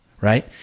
right